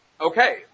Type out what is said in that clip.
Okay